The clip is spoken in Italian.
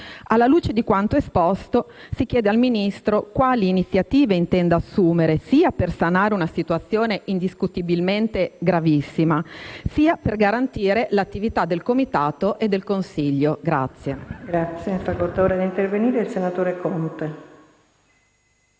Alla luce di quanto esposto, si chiede al Ministro quali iniziative intenda assumere sia per sanare una situazione indiscutibilmente gravissima sia per garantire l'attività del comitato e del Consiglio.